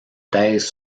thèse